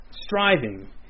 striving